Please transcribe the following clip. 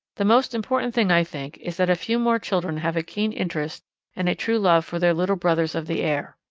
the most important thing i think is that a few more children have a keen interest and a true love for their little brothers of the air.